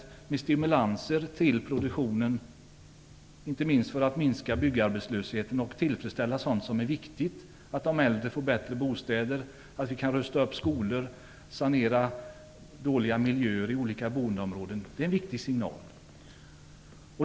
Produktionen skall stimuleras - inte minst för att minska byggarbetslösheten och tillfredsställa behov som är viktiga. De äldre får bättre bostäder och vi kan rusta upp skolor och sanera dåliga miljöer i olika boendeområden. Det är en viktig signal.